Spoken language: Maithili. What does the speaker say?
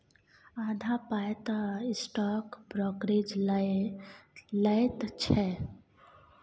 आधा पाय तँ स्टॉक ब्रोकरेजे लए लैत छै